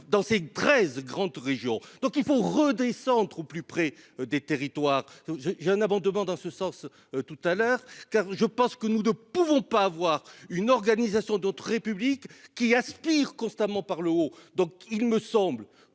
dans ces 13 grandes régions, donc il faut redescendre au plus près des territoires. J'ai j'ai un amendement dans ce sens. Tout à l'heure car je pense que nous ne pouvons pas avoir une organisation d'autres républiques qui Aspire constamment par l'eau donc il me semble